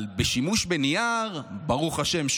אבל בשימוש בנייר, ברוך השם.